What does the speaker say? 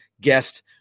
guest